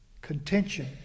contention